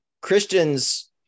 Christians